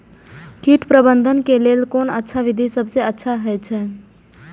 कीट प्रबंधन के लेल कोन अच्छा विधि सबसँ अच्छा होयत अछि?